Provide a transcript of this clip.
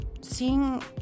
seeing